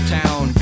town